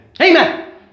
Amen